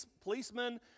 policemen